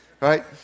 right